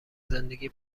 زندگی